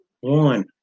one